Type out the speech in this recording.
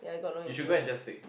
you should go and just take